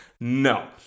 No